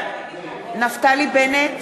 (קוראת בשמות חברי הכנסת) נפתלי בנט,